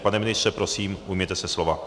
Pane ministře, prosím, ujměte se slova.